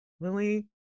Lily